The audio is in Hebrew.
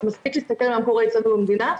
מספיק להסתכל על מה קורה אצלנו במדינה,